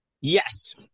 Yes